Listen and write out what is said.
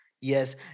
yes